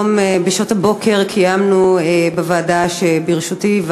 היום בשעות הבוקר קיימנו בוועדה שבראשותי,